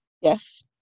Yes